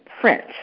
print